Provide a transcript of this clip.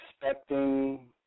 expecting